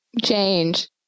change